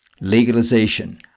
legalization